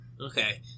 Okay